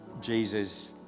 Jesus